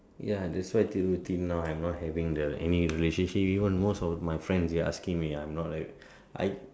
ya that's why the Thiru till now I'm not having the any relationship even most of my friend they asking me I'm not I